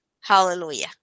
Hallelujah